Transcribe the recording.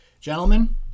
Gentlemen